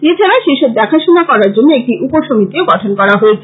এছাড়া সেব দেখাশুনা করার জন্য একটি উপসমিতিও গঠন করা হয়েছে